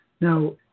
Now